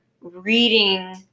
reading